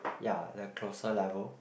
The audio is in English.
ya there're closer level